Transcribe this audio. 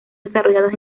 desarrollados